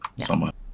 somewhat